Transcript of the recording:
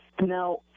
Now